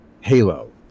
Halo